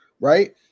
right